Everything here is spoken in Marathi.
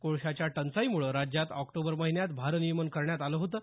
कोळशाच्या टंचाईमुळे राज्यात ऑक्टोबर महिन्यात भारनियमन करण्यात आलं होतं